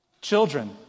Children